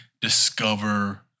discover